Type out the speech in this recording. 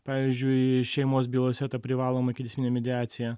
pavyzdžiui šeimos bylose ta privaloma ikiteisminė mediacija